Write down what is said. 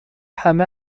همه